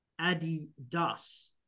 Adidas